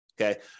okay